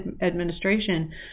administration